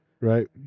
Right